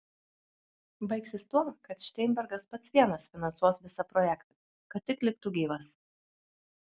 baigsis tuo kad šteinbergas pats vienas finansuos visą projektą kad tik liktų gyvas